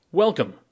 Welcome